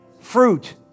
fruit